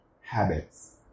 habits